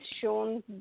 shown